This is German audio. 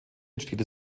entsteht